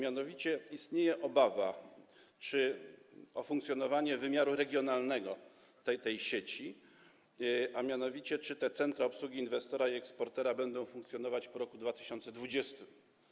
Istnieje obawa o funkcjonowanie wymiaru regionalnego tej sieci, a mianowicie czy te centra obsługi inwestora i eksportera będą funkcjonować po roku 2020.